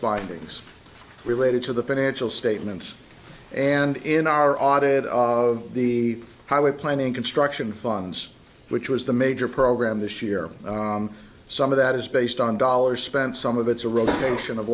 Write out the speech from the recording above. findings related to the financial statements and in our audit of the highway planning construction funds which was the major program this year some of that is based on dollars spent some of it's a rotation of